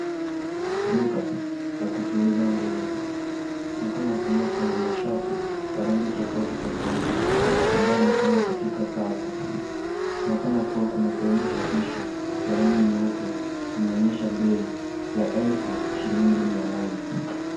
Duka la kuchuuza nguo kunaonekana kuwa kuna mashati ya rangi tofauti tofauti ambayo yamepangwa katika safu. Kunaonekana kuwa kuna saini chapisho ya rangi nyeupe inaonyesha bei ya elfu shilingi mia nane.